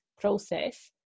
process